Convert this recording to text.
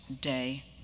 day